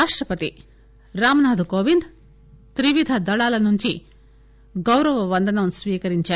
రాష్టపతి రామ్ నాధ్ కోవింద్ త్రివిధ దళాలనుంచి గౌరవ వందనం స్వీకరించారు